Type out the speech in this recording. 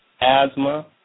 asthma